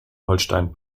holstein